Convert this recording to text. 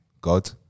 God